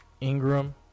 Ingram